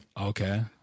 Okay